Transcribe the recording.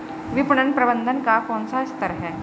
विपणन प्रबंधन का कौन सा स्तर है?